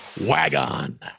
Wagon